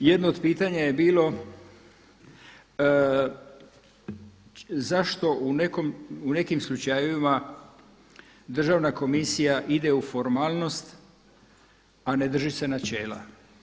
Jedno od pitanja je bilo zašto u nekim slučajevima Državna komisija ide u formalnost, a ne drži se načela.